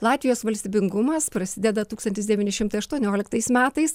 latvijos valstybingumas prasideda tūkstantis devyni šimtai aštuonioliktais metais